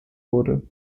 wurde